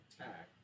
attack